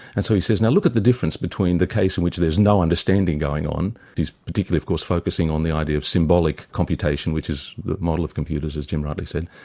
and so he says, now look at the difference between the case in which there's no understanding going on he's particularly of course focusing on the idea of symbolic computation which is the model of computers as jim rightly said,